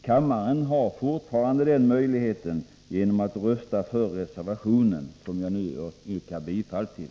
Kammaren har fortfarande den möjligheten genom att rösta för reservationen, som jag nu yrkar bifall till.